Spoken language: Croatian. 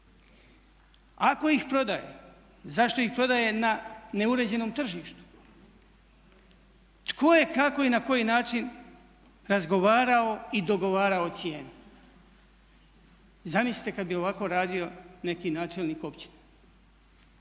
Ako ih prodaje zašto ih prodaje na neuređenom tržištu? Tko je, kako i na koji način razgovarao i dogovarao cijene? Zamislite kada bi ovako radio neki načelnik općine.